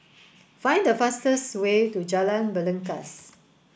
find the fastest way to Jalan Belangkas